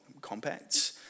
compacts